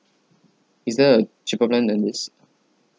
is there a cheaper plan than this